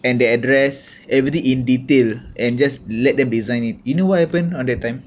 and the address already in detail and just let them design it you know what happen on that time